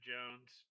Jones